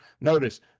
notice